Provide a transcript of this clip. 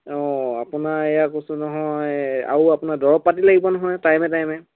অ আপোনাৰ এয়া কৈছোঁ নহয় আৰু আপোনাৰ দৰৱ পাতি লাগিব নহয় টাইমে টাইমে